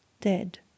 Dead